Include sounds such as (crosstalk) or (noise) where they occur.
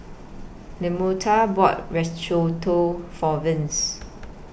Lamonte bought (unintelligible) For Vince